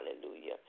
hallelujah